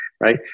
Right